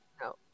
no